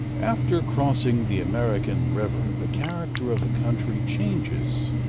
after crossing the american river the character of the country changes,